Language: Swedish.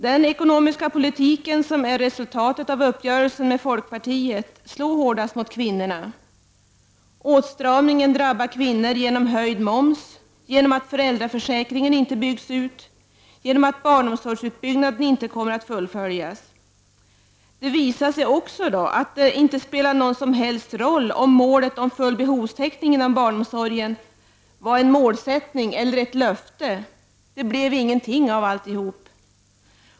Den ekonomiska politik som är resultatet av uppgörelsen med folkpartiet slår hårdast mot kvinnorna. Åtstramningen drabbar kvinnor genom att momsen höjs, genom att föräldraförsäkringen inte byggs ut och genom att barnomsorgsutbyggnaden inte kommer att fullföljas. Det visar sig också att det inte spelade någon som helst roll om målet full behovstäckning inom barnomsorgen var en målsättning eller ett löfte. Det blev ingenting av alltihop.